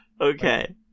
Okay